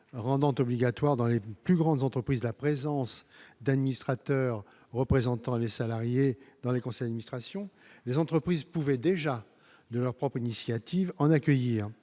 rendant tout obligatoire dans les plus grandes entreprises, la présence d'administrateur représentant les salariés dans les conseils lustration les entreprises pouvaient déjà de leur propre initiative en accueillir,